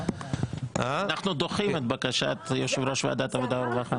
אנחנו דוחים את בקשת יושב ראש ועדת העבודה והרווחה.